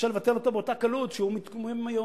אפשר לבטל אותו באותה קלות שהוא מתקבל היום.